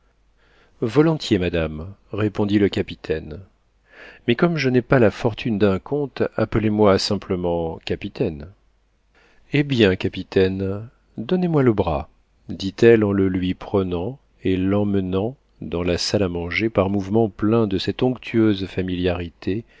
volontiers madame répondit le capitaine mais comme je n'ai pas la fortune d'un comte appelez-moi simplement capitaine eh bien capitaine donnez-moi le bras dit-elle en le lui prenant et l'emmenant dans la salle à manger par un mouvement plein de cette onctueuse familiarité